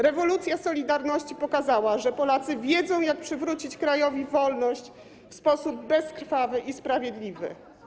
Rewolucja „Solidarności” pokazała, że Polacy wiedzą, jak przywrócić krajowi wolność w sposób bezkrwawy i sprawiedliwy.